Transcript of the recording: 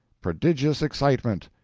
prodigious excitement!